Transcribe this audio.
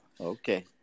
Okay